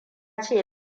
ce